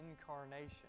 incarnation